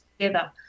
together